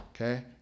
Okay